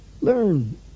Learn